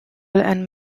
and